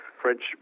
French